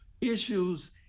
issues